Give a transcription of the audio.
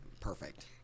Perfect